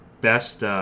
best